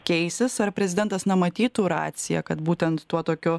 keisis ar prezidentas na matytų raciją kad būtent tuo tokiu